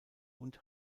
und